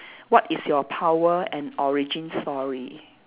what is your power and origin story